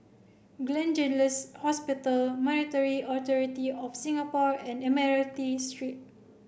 Gleneagles Hospital Monetary Authority Of Singapore and Admiralty Street